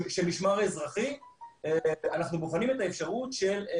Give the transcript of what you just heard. אבל אנחנו בהחלט שם.